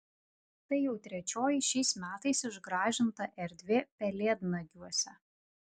tai jau trečioji šiais metais išgražinta erdvė pelėdnagiuose